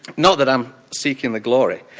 not that i'm seeking the glory.